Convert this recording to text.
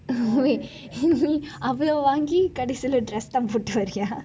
அவ்வளவு வாங்கி கடைசியிலே:avvalavu vanki kadaisiyilei dress தான் போட்டு வரியா:thaan pothu variya